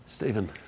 Stephen